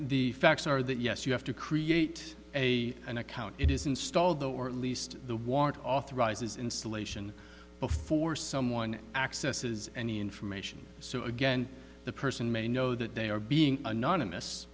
that yes you have to create a an account it is installed or at least the ward authorizes installation before someone accesses any information so again the person may know that they are being anonymous